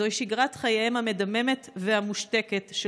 זוהי שגרת חייהם המדממת והמושתקת של